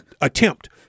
attempt